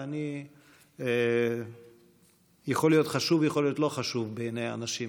ואני יכול להיות חשוב ויכול להיות לא חשוב בעיני האנשים,